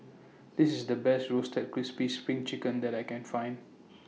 This IS The Best Roasted Crispy SPRING Chicken that I Can Find